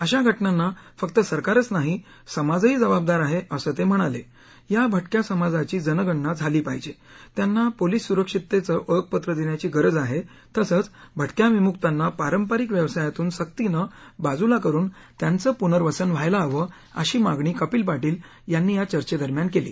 अशा घटनांना फक्त सरकारच नाही समाज ही जबाबदार आहे असं ते म्हणाले या भटक्या समाजाची जन गणना झाली पाहिजे त्यांना पोलीस सुरक्षिततेचं ओळखपत्र देण्याची गरज आहे तसंचभटक्या विमुक्तांना पारंपरिक व्यवसायातून सक्तीनं बाजूला करून त्यांचं पुनर्वसन व्हायला हवं अशी मागणी कपिल पाटील यांनी या चर्चे दरम्यान केली